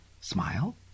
smile